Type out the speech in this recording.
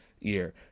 year